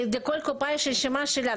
לכל קופה יש רשימה שלה.